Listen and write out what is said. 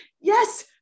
yes